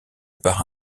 par